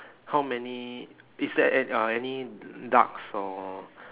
how many is there an~ uh any ducks or